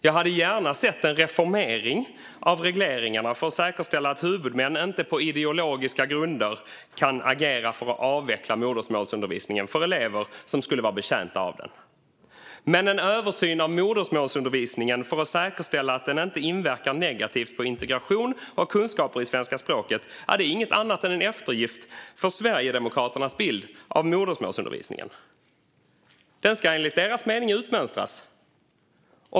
Jag hade gärna sett en reformering av regleringarna för att säkerställa att huvudmän inte kan agera på ideologiska grunder för att avveckla modersmålsundervisningen för elever som skulle vara betjänta av den. Men en översyn av modersmålsundervisningen för att säkerställa att den inte inverkar negativt på integration och kunskaper i svenska språket är inget annat än en eftergift för Sverigedemokraternas bild av modersmålsundervisningen. Den ska enligt deras mening utmönstras.